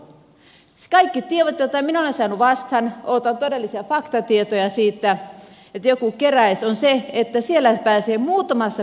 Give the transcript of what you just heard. kaikki tiedot jotka minä olen ottanut vastaan odotan todellisia faktatietoja siitä odotan että joku keräisi kertovat sen että siellä pääsee muutamassa päivässä aina lääkäriin